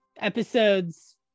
episodes